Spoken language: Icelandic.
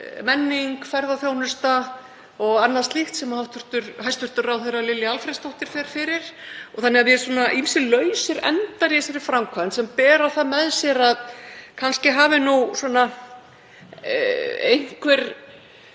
menning, ferðaþjónusta og annað slíkt, sem hæstv. ráðherra Lilju Alfreðsdóttur fer fyrir. Þannig að það eru ýmsir lausir endar í þessari framkvæmd sem bera það með sér að kannski hafi nú eitthvað